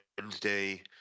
Wednesday